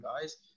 guys